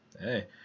hey